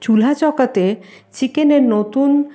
চুলহা চকাতে চিকেনের নতুন